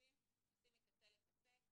מקצה לקצה.